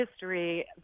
history